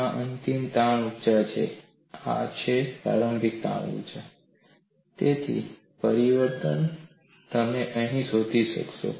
આ અંતિમ તાણ ઊર્જા છે આ છે પ્રારંભિક તાણ ઊર્જા તેથી પરિવર્તન તમે અહીં શોધી શકશો